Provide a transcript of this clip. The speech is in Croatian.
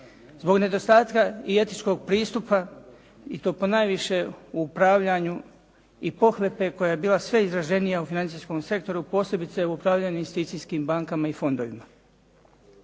zbog nedostatka i etičkog pristupa i to ponajviše upravljanju i pohlepe koja je bila sve izraženija u financijskom sektoru, posebice u upravljanju investicijskim bankama i fondovima.